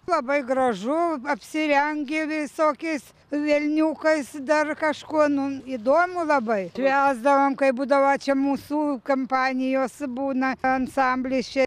labai gražu apsirengė visokiais velniukais dar kažkuo nu įdomu labai švęsdavom kai būdavo čia mūsų kampanijos būna ansamblis čia